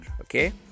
Okay